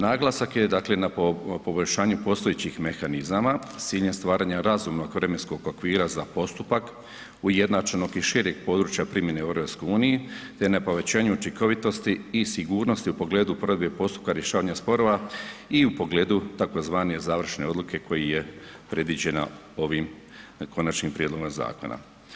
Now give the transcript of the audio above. Naglasak je dakle na poboljšanju postojećih mehanizama s ciljem stvaranja razumnog vremenskog okvira za postupak ujednačenog i šireg područja primjene u EU te na povećanju učinkovitosti i sigurnosti u pogledu provedbe postupka rješavanja sporova i u pogledu tzv. završne odluke koja je predviđena ovim konačnim prijedlogom zakona.